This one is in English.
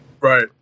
right